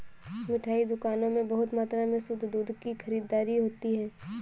मिठाई दुकानों में बहुत मात्रा में शुद्ध दूध की खरीददारी होती है